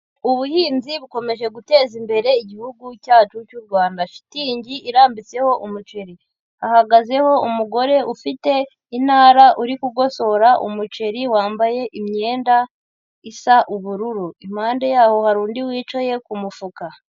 Ubuhinzi bukomeje guteza imbere igihugu cyacu cy'u Rwanda, shitingi irambitseho umuceri hahagazeho umugore ufite intara uri kugosora umuceri wambaye imyenda isa ubururu, impande yaho hari undi wicaye ku mufuka.